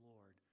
Lord